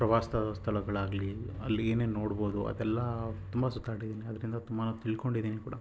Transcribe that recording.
ಪ್ರವಾಸದ ಸ್ಥಳಗಳಾಗಲಿ ಅಲ್ಲಿ ಏನೇನು ನೋಡ್ಬೋದು ಅದೆಲ್ಲ ತುಂಬ ಸುತ್ತಾಡಿದ್ದೀನಿ ಅದರಿಂದ ತುಂಬಾ ತಿಳ್ಕೊಂಡಿದ್ದೀನಿ ಕೂಡ